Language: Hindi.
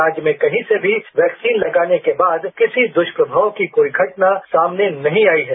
राज्य में कहीं से भी वैक्सीन लगाने के बाद किसी दुष्प्रभाव की कोई घटना सामने नहीं आई है